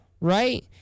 right